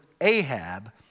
Ahab